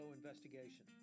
investigation